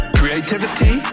creativity